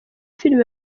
film